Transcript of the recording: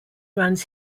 runs